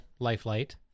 Lifelight